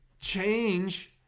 change